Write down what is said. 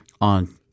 on